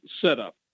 setup